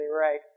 right